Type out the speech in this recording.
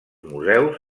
museus